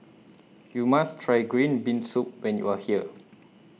YOU must Try Green Bean Soup when YOU Are here